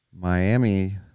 Miami